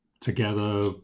together